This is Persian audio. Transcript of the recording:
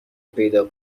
پیدا